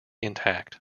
intact